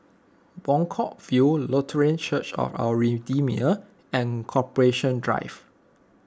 Buangkok View Lutheran Church of Our Redeemer and Corporation Drive